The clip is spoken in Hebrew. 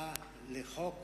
הצעה לחוק